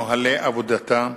את נוהלי עבודתה,